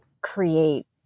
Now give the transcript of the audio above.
create